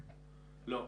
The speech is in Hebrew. לא.